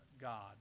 God